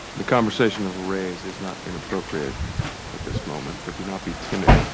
the conversation of a raise is not inappropriate at this moment, but do not be timid.